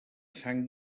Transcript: sant